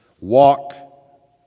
walk